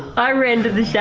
i ran to the yeah